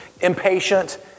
impatient